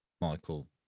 Michael